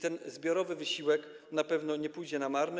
Ten zbiorowy wysiłek na pewno nie pójdzie na marne.